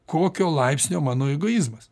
kokio laipsnio mano egoizmas